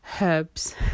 herbs